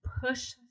push